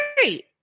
great